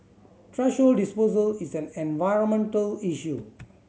thrash disposal is an environmental issue